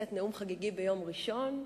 לשאת נאום חגיגי ביום ראשון,